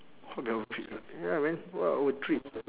what be our treats ah ya man what our treats